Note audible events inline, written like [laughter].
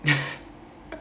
[laughs]